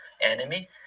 enemy